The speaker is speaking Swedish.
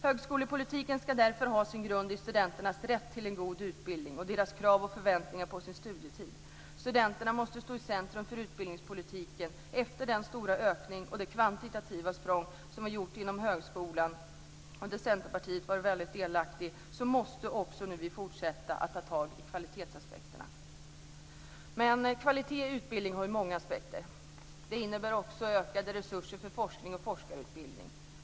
Högskolepolitiken ska därför ha sin grund i studenternas rätt till en god utbildning och deras krav och förväntningar på sin studietid. Studenterna måste stå i centrum för utbildningspolitiken. Efter den stora ökningen och det kvantitativa språng som nu är gjort inom högskolan, där Centerpartiet var delaktigt, måste vi nu fortsätta med att ta itu med kvalitetsaspekterna. Men kvalitet i utbildningen har många aspekter. Det innebär ökade resurser för forskning och forskningsutbildning.